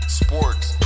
sports